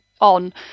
on